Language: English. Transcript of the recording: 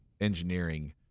engineering